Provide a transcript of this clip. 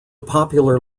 popular